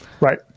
right